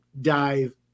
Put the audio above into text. dive